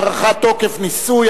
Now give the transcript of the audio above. הארכת תוקף ניסוי),